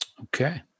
Okay